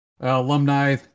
alumni